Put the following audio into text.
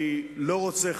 אני לא רוצה,